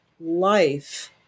life